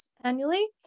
annually